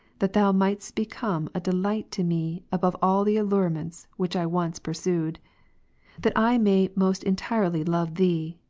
that thou mightest become a delight to me above all the allurements which i once pursued that i may most entirely love thee,